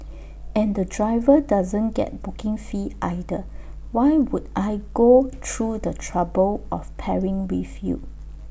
and the driver doesn't get booking fee either why would I go through the trouble of pairing with you